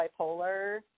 bipolar